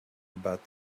about